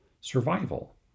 survival